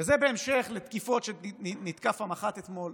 וזה בהמשך לתקיפות שהותקף המח"ט אתמול.